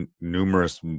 numerous